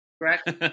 correct